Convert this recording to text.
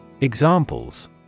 Examples